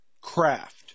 craft